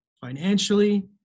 financially